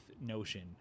Notion